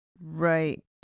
Right